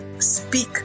speak